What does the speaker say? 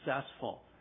successful